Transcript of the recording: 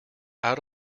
out